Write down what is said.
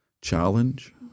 challenge